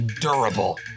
durable